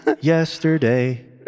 yesterday